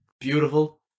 beautiful